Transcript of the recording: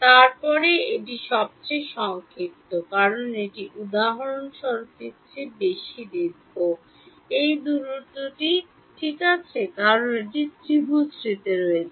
তারপরে এটি সবচেয়ে সংক্ষিপ্ত কারণ এটি উদাহরণস্বরূপের চেয়ে বেশি দীর্ঘ এই দূরত্বটি ডান কারণ এটি ত্রিভুজটিতে রয়েছে